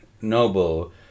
noble